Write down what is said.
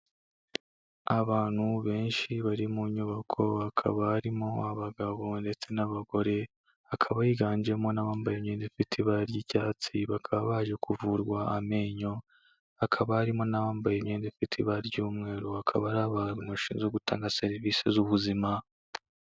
Abantu benshi bari mu nyubako hakaba harimo abagabo ndetse n'abagore, hakaba higanjemo n'abambaye imyenda ifite ibara ry'icyatsi, bakaba baje kuvurwa amenyo hakaba harimo n'abambaye imyenda ifite ibara ry'umweru akaba ari abantu bashinzwe gutanga serivisi z'ubuzima.